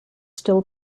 still